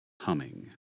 humming